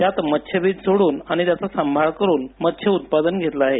त्यात मत्स्यबीज सोडून आणि त्याचा सांभाळ करुन मत्स्य उत्पादन घेतल आहे